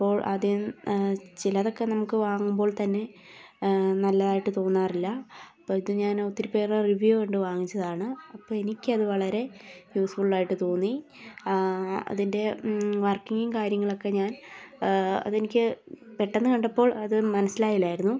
അപ്പോൾ അതിൽ ചിലതൊക്കെ നമുക്ക് വാങ്ങുമ്പോൾ തന്നെ നല്ലതായിട്ട് തോന്നാറില്ല അപ്പോൾ ഇത് ഞാൻ ഒത്തിരി പേരെ റിവ്യു കണ്ട് വാങ്ങിച്ചതാണ് അപ്പോൾ എനിക്കത് വളരെ യൂസ്ഫുൾ ആയിട്ട് തോന്നി അതിൻ്റെ വർക്കിങ്ങും കാര്യങ്ങളൊക്കെ ഞാൻ അതെനിക്ക് പെട്ടെന്ന് കണ്ടപ്പോൾ അത് മനസ്സിലായില്ലായിരുന്നു